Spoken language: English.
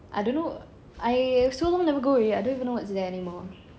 I don't know I so long never go already I don't even know what's there anymore